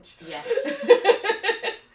Yes